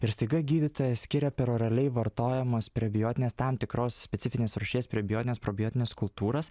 ir staiga gydytojas skiria per oraliai vartojamas prebiotinės tam tikros specifinės rūšies prebiotines probiotines kultūras